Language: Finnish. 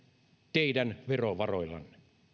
teidän verovaroillanne